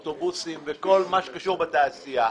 אוטובוסים וכל מה שקשור בתעשייה,